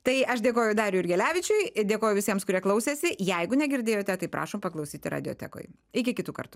tai aš dėkoju dariui jurgelevičiui dėkoju visiems kurie klausėsi jeigu negirdėjote tai prašom paklausyti radiotekoj iki kitų kartų